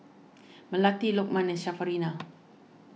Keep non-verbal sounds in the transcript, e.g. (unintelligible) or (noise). Melati Lokman and (unintelligible)